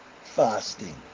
fasting